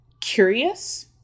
curious